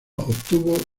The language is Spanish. obtuvo